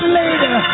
later